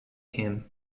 him